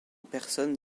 personne